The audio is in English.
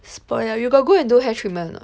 spoil lah you got go and do hair treatment a not